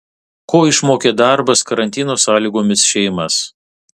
ko išmokė darbas karantino sąlygomis šeimas